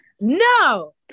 No